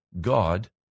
God